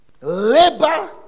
labor